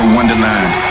Wonderland